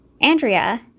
Andrea